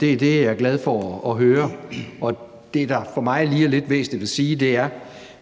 Det er jeg glad for at høre. Det, der for mig lige er lidt væsentligt at sige, er,